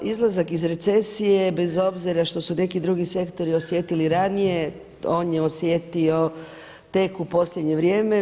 Izlazak iz recesije je bez obzira što su neki drugi sektori osjetili ranije, on je osjetio tek u posljednje vrijeme.